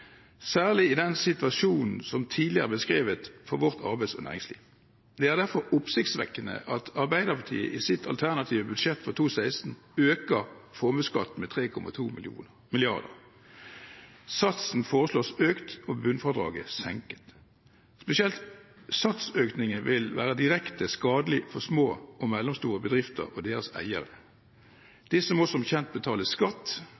særlig i den situasjonen som tidligere er beskrevet for vårt arbeids- og næringsliv. Det er derfor oppsiktsvekkende at Arbeiderpartiet i sitt alternative budsjett for 2016 øker formuesskatten med 3,2 mrd. kr. Satsen foreslås økt og bunnfradraget senket. Spesielt satsøkningen vil være direkte skadelig for små og mellomstore bedrifter og deres eiere. Disse må som kjent betale skatt